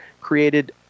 created